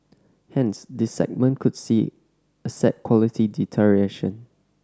hence this segment could see asset quality deterioration